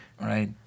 Right